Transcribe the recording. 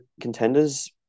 contenders